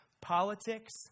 politics